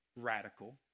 radical